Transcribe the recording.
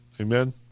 Amen